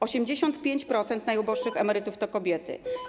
85% najuboższych emerytów to kobiety.